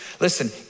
listen